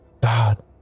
God